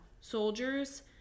soldiers